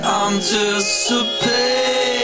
anticipate